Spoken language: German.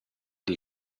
die